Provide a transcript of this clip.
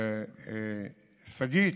לשגית,